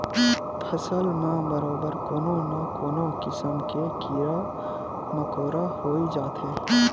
फसल म बरोबर कोनो न कोनो किसम के कीरा मकोरा होई जाथे